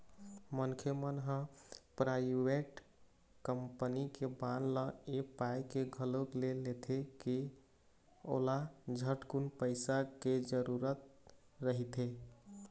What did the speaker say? मनखे मन ह पराइवेट कंपनी के बांड ल ऐ पाय के घलोक ले लेथे के ओला झटकुन पइसा के जरूरत रहिथे